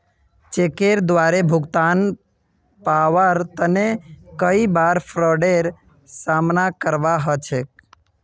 चेकेर द्वारे भुगतान पाबार तने कई बार फ्राडेर सामना करवा ह छेक